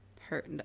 Hurt